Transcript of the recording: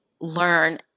learn